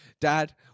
Dad